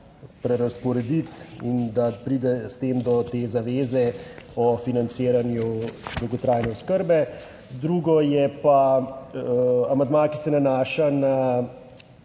prerazporediti in da pride s tem do te zaveze o financiranju dolgotrajne oskrbe. Drugo je pa amandma, ki se nanaša na